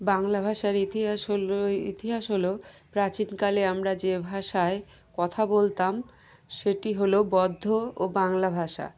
বাংলা ভাষার ইতিহাস হল ইতিহাস হলো প্রাচীনকালে আমরা যে ভাষায় কথা বলতাম সেটি হলো বদ্ধ ও বাংলা ভাষা